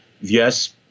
yes